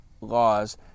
laws